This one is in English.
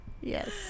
Yes